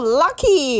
lucky